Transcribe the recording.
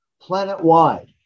planet-wide